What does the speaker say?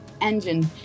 engine